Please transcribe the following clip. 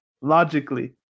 logically